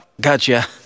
gotcha